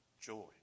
joy